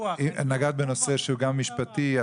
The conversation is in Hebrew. נגעת בנושא שהוא גם משפטי.